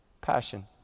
passion